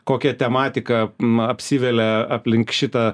kokia tematika na apsivelia aplink šitą